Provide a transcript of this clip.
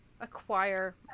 acquire